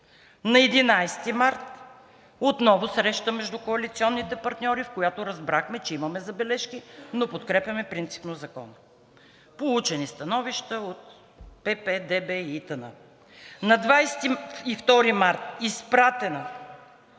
На 11 март отново среща между коалиционните партньори, в която разбрахме, че имаме забележки, но подкрепяме принципно Закона. Получени становища от ПП, ДБ и ИТН. На 22 март – изпратена